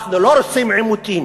אנחנו לא רוצים עימותים,